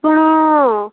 ଶୁଣ